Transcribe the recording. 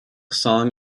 song